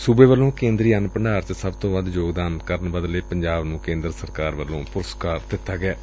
ਸੁਬੇ ਵੱਲੋਂ ਕੇਂਦਰੀ ਅੰਨ ਭੰਡਾਰ ਚ ਸਭ ਤੋਂ ਵੱਧ ਯੋਗਦਾਨ ਕਰਨ ਬਦਲੇ ਪੰਜਾਬ ਨੂੰ ਕੇਂਦਰ ਸਰਕਾਰ ਨੇ ਐਵਾਰਡ ਦਿੱਤੈ